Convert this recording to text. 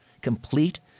complete